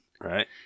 Right